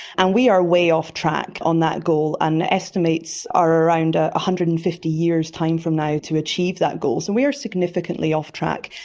and we are way off track on that goal, and the estimates are around one ah hundred and fifty years time from now to achieve that goal. so we are significantly off track.